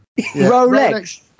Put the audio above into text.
Rolex